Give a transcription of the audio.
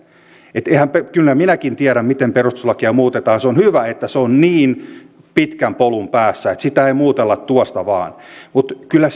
kyllä minäkin tiedän miten perustuslakia muutetaan ja se on hyvä että se on niin pitkän polun päässä että sitä ei muutella tuosta vain mutta kyllä